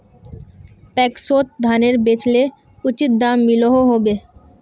पैक्सोत धानेर बेचले उचित दाम मिलोहो होबे?